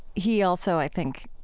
he also i think,